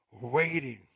waiting